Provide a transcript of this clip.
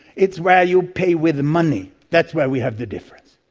it's where you pay with money, that's where we have the difference.